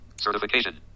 Certification